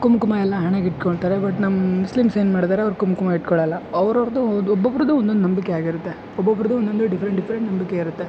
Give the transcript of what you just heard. ಕುಂಕುಮ ಎಲ್ಲ ಹಣೆಗೆ ಇಟ್ಕೊಳ್ತಾರೆ ಬಟ್ ನಮ್ಮ ಮುಸ್ಲಿಮ್ಸ್ ಏನು ಮಾಡ್ತಾರೆ ಅವ್ರು ಕುಂಕುಮ ಇಟ್ಕೊಳೋಲ್ಲ ಅವ್ರವರದ್ದು ಒಬ್ಬೊಬ್ಬರದು ಒಂದೊಂದು ನಂಬಿಕೆ ಆಗಿರುತ್ತೆ ಒಬ್ಬೊಬ್ಬರದು ಒಂದೊಂದು ಡಿಫ್ರೆಂಟ್ ಡಿಫ್ರೆಂಟ್ ನಂಬಿಕೆ ಇರುತ್ತೆ